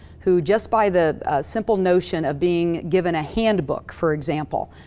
who, just by the simple notion of being given a handbook, for example,